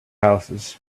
houses